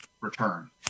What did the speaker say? return